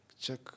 check